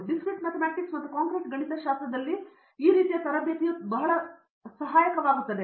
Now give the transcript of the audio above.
discrete mathematics ಮತ್ತು concrete ಗಣಿತಶಾಸ್ತ್ರದಲ್ಲಿ ಈ ರೀತಿಯ ತರಬೇತಿಯು ಬಹಳ ಸಹಾಯಕವಾಗುತ್ತದೆ